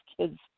kids